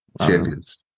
Champions